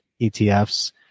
ETFs